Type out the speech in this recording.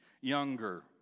younger